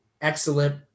excellent